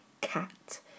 cat